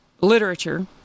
literature